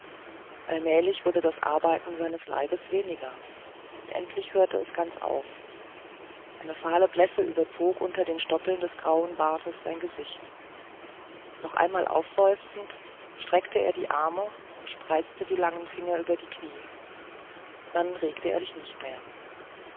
allmählich wurde das arbeiten seines leibes weniger und endlich hörte es ganz auf eine fahle blässe überzog unter den stoppeln des grauen bartes sein gesicht noch einmal aufseufzend streckte er die arme und spreizte die langen finger über die kniee dann regte er sich nicht mehr